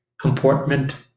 comportment